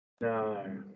No